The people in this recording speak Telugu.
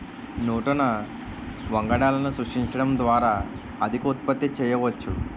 నూతన వంగడాలను సృష్టించడం ద్వారా అధిక ఉత్పత్తి చేయవచ్చు